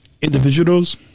individuals